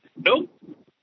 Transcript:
nope